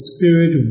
Spirit